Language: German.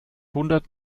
hundert